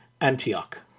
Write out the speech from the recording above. Antioch